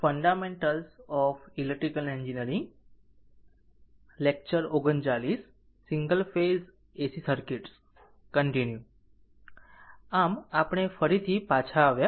આમ આપણે ફરીથી પાછા આવ્યા